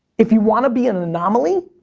if you wanna be an anomaly,